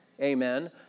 amen